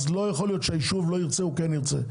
ואז לא יכול להיות שהיישוב כן ירצה או לא ירצה.